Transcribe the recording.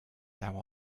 thou